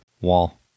Wall